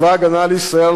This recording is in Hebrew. צבא-הגנה לישראל,